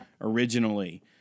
originally